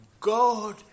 God